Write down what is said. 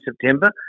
september